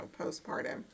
postpartum